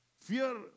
Fear